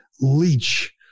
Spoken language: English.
leech